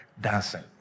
Dancing